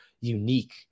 unique